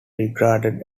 regarded